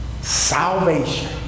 salvation